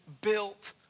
built